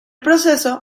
proceso